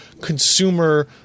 consumer